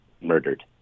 murdered